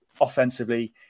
offensively